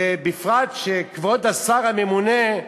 ובפרט שכבוד השר הממונה,